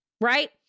right